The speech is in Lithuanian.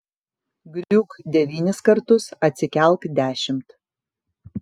griūk devynis kartus atsikelk dešimt